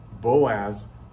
Boaz